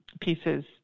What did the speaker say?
pieces